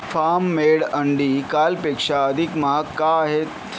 form made अंडी कालपेक्षा अधिक महाग का आहेत